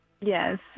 Yes